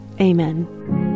Amen